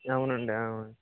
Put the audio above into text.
అవునండి అవును